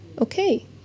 okay